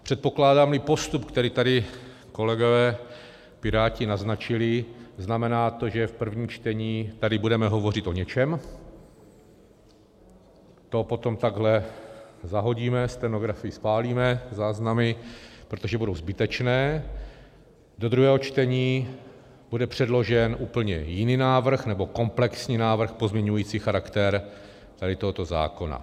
Předpokládámli postup, který tady kolegové piráti naznačili, znamená to, že v prvním čtení tady budeme hovořit o něčem, to potom takhle zahodíme, stenografy spálíme záznamy, protože budou zbytečné, do druhého čtení bude předložen úplně jiný návrh, nebo komplexní návrh pozměňující charakter tohoto zákona.